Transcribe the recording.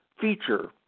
feature